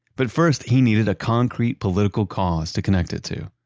but first, he needed a concrete political cause to connect it to,